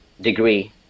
degree